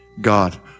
God